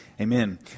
Amen